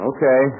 Okay